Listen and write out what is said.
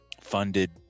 funded